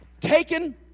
taken